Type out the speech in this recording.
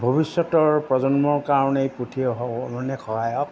ভৱিষ্যতৰ প্ৰজন্মৰ কাৰণে এই পুথি অনেক সহায়ক